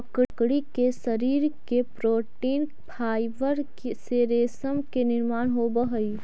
मकड़ी के शरीर के प्रोटीन फाइवर से रेशम के निर्माण होवऽ हई